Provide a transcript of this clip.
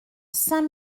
saint